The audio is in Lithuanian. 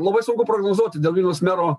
labai sunku prognozuoti dėl vilniaus mero